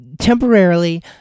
temporarily